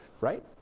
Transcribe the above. right